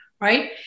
right